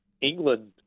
England